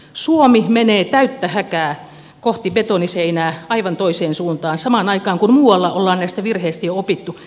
suomi menee täyttä häkää kohti betoniseinää aivan toiseen suuntaan samaan aikaan kun muualla ollaan näistä virheistä jo opittu